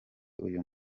uyu